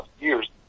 years